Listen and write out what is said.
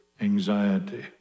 Anxiety